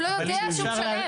הוא לא יודע שהוא משלם.